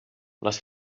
les